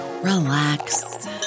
Relax